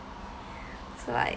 so like